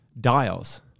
dials